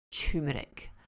turmeric